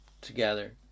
together